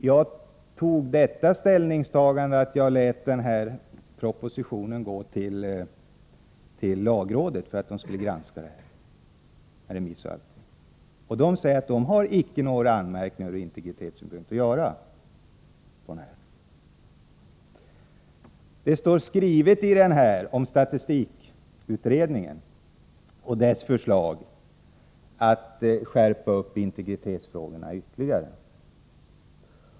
Jag gjorde det ställningstagandet att jag lät den aktuella propositionen gå till lagrådet för att detta skulle granska den, med remiss och allting. Lagrådet har icke några anmärkningar ur integritetssynpunkt. I proposition 85 står det om statistikutredningens förslag att man skall skärpa upp integritetsfrågorna ytterligare.